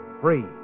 free